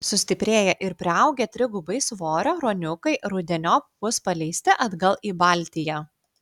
sustiprėję ir priaugę trigubai svorio ruoniukai rudeniop bus paleisti atgal į baltiją